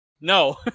No